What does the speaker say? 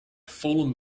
fallen